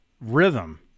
rhythm